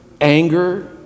anger